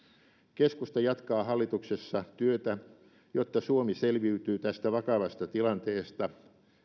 keskusta jatkaa hallituksessa työtä jotta suomi selviytyy tästä vakavasta tilanteesta